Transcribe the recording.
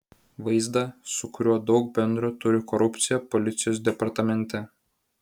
vaizdą su kuriuo daug bendro turi korupcija policijos departamente